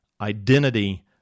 identity